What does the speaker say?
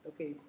Okay